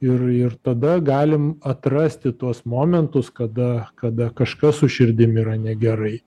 ir ir tada galim atrasti tuos momentus kada kada kažkas su širdim yra negerai